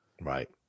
Right